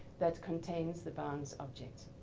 that contains the bounds object.